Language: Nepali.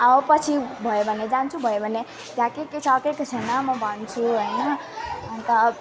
अब पछि भयो भने जान्छु भयो भने त्यहाँ के के छ के के छैन म भन्छु हैन अनि त